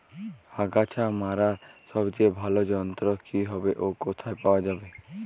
আগাছা মারার সবচেয়ে ভালো যন্ত্র কি হবে ও কোথায় পাওয়া যাবে?